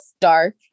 dark